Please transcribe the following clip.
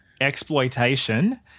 exploitation